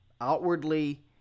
outwardly